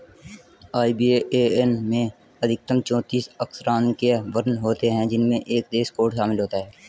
IBAN में अधिकतम चौतीस अक्षरांकीय वर्ण होते हैं जिनमें एक देश कोड शामिल होता है